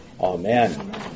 Amen